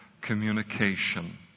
communication